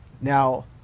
now